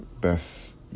Best